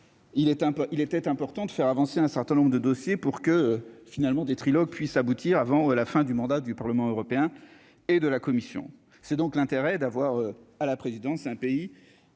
il était important de faire avancer un certain nombre de dossiers pour que finalement des Trilok puisse aboutir avant la fin du mandat du Parlement européen et de la commission, c'est donc l'intérêt d'avoir à la présidence, un pays